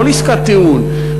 לא לעסקת טיעון,